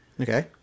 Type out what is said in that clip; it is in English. Okay